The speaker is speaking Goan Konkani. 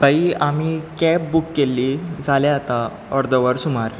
ताई आमी कॅब बूक केल्ली जालें आतां अर्दवर सुमार